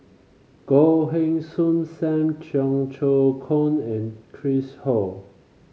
Goh Heng Soon Sam Cheong Choong Kong and Chris Ho